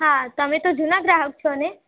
હા તમે તો જુના ગ્રાહક છો ને